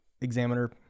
examiner